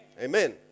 amen